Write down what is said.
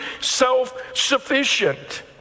self-sufficient